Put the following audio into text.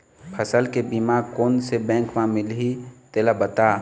फसल के बीमा कोन से बैंक म मिलही तेला बता?